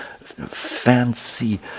fancy